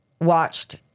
watched